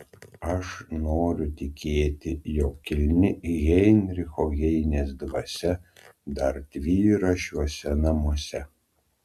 aš noriu tikėti jog kilni heinricho heinės dvasia dar tvyro šiuose namuose